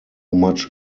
much